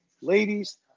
Ladies